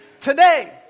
today